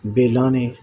ਵੇਲ੍ਹਾਂ ਨੇ